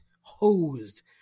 hosed